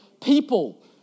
People